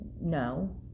No